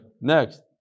next